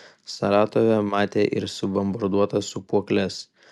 saratove matė ir subombarduotas sūpuokles